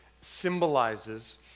symbolizes